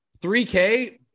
3K